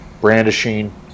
brandishing